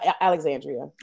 Alexandria